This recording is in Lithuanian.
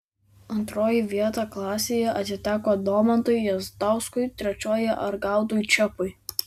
antroji vieta klasėje atiteko domantui jazdauskui trečioji argaudui čepui